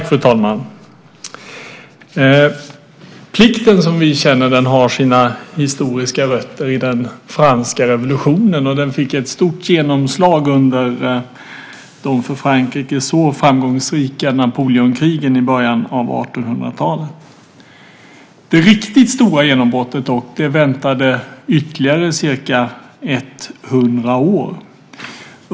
Fru talman! Plikten som vi känner den har sina historiska rötter i franska revolutionen. Den fick ett stort genomslag under de för Frankrike så framgångsrika Napoleonkrigen i början av 1800-talet. Det riktigt stora genombrottet väntade ytterligare ca 100 år.